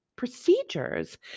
procedures